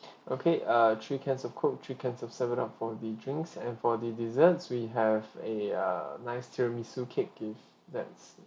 okay err three cans of coke three cans of seven up for the drinks and for the desserts we have a uh nice tiramisu cake if that's